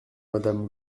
madame